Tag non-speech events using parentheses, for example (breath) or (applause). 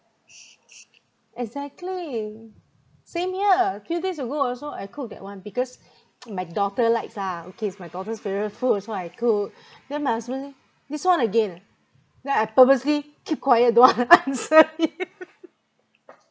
exactly same here few days ago also I cook that one because (breath) (noise) my daughter likes lah okay it's my daughter's favourite food so I cook (breath) then my husband this one again then I purposely keep quiet don't want (laughs) to answer him (laughs)